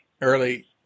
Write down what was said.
early